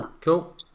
Cool